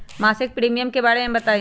मासिक प्रीमियम के बारे मे बताई?